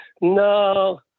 No